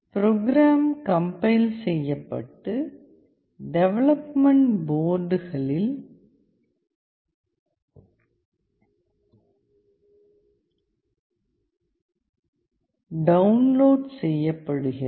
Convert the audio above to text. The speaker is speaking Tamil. ப்ரோக்ராம் கம்பைல் செய்யப்பட்டு டெவலப்மென்ட் போர்டுகளில் டவுன்லோட் செய்யப்படுகிறது